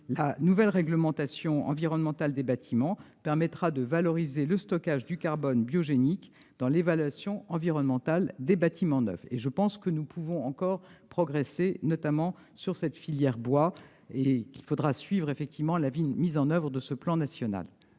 La nouvelle réglementation environnementale des bâtiments permettra de valoriser le stockage du carbone biogénique dans l'évaluation environnementale des bâtiments neufs. Je pense que nous pouvons encore progresser en la matière et nous devrons suivre avec attention la mise en oeuvre de ce programme.